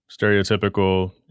stereotypical